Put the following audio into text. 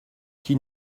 qui